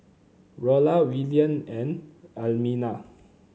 Rolla Willian and Almina